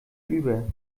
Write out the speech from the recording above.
über